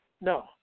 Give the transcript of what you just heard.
No